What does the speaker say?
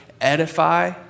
edify